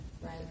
right